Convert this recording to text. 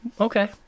okay